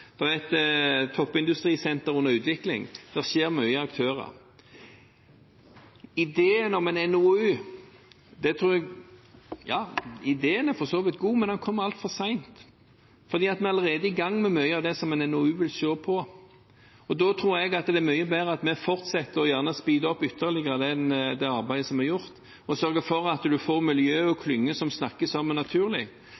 er et toppindustrisenter under utvikling. Det skjer mye med aktørene. Ideen om en NOU er for så vidt god, men den kommer altfor sent, for vi er allerede i gang med mye av det som en NOU vil se på. Jeg tror det er mye bedre at vi fortsetter med og gjerne speeder opp ytterligere det arbeidet vi har holdt på med, og sørger for at man får miljøer og